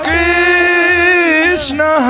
Krishna